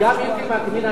גם איציק וקנין,